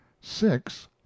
six